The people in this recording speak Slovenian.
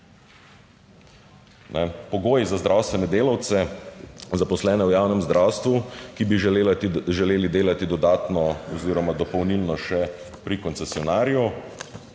Pogoji za zdravstvene delavce, zaposlene v javnem zdravstvu, ki bi želeli delati dodatno oziroma dopolnilno, še pri koncesionarju